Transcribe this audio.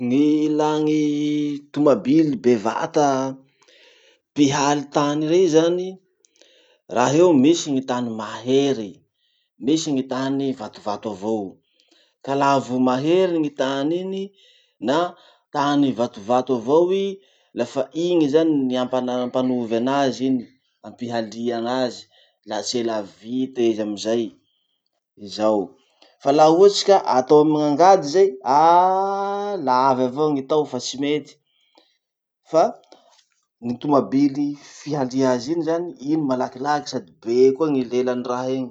Ny ilà ny tomabily bevata mpihaly tany rey zany. Raha io misy ny tany mahery, misy ny tany vatovato avao. Ka laha vao mahery gny tany iny, na tany vatovato avao i, lafa igny zany ny ampa- ampanovy anazy iny, ampihaly anazy la tsela vita izy amizay. Zao! Fa la ohatsy ka atao amy gn'angady zay aah la avy avao gny tao fa tsy mety, fa gny tomabily fihalia azy iny zany, iny malakilaky sady be koa lelan'ny raha iny.